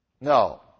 No